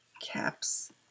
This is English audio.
caps